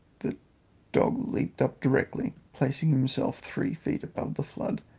the dog leaped up directly, placing himself three feet above the flood,